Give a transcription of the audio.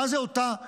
מה זה אותה יכולת,